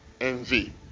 envy